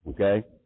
Okay